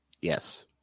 Yes